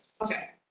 Okay